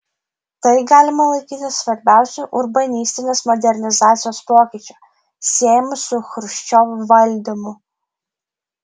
tai galima laikyti svarbiausiu urbanistinės modernizacijos pokyčiu siejamu su chruščiovo valdymu